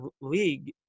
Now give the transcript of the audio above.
league